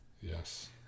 Yes